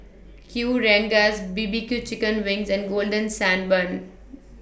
Kueh Rengas B B Q Chicken Wings and Golden Sand Bun